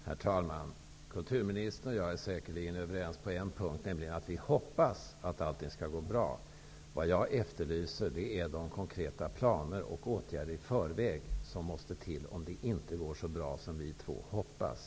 Herr talman! Kulturministern och jag är säkerligen överens på en punkt, nämligen att vi hoppas att allting skall gå bra. Det jag efterlyser är de konkreta planer och åtgärder som måste till i förväg, om det inte går så bra som vi två hoppas.